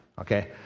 Okay